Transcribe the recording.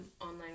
online